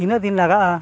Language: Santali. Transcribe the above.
ᱛᱤᱱᱟᱹᱜ ᱫᱤᱱ ᱞᱟᱜᱟᱜᱼᱟ